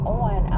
on